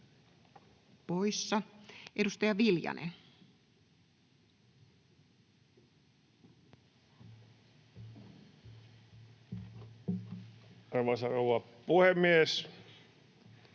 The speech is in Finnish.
Kiitos. Edustaja Hoskonen. Arvoisa rouva puhemies!